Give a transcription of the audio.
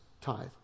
tithe